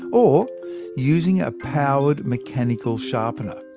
or using a powered mechanical sharpener.